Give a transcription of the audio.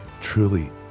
truly